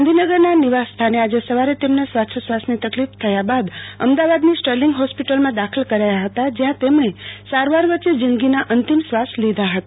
ગાંધીનગર ના નિવાસ સ્થાને આજે સવારે તેમને શ્વાસો શ્વાસ ની તકલીફ થયા બાદ અમદાવાદ ની સ્ટરલિંગ હોસ્પિટલ માં દાખલ કરાયા હતા જ્યાં તેમણે સારવાર વચ્ચે જિંદગી ના અંતિમ શ્વાસ લીધા હતા